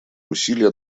усилия